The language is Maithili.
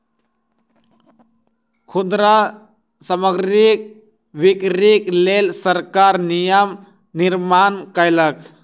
खुदरा सामग्रीक बिक्रीक लेल सरकार नियम निर्माण कयलक